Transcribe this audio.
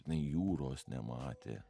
jinai jūros nematė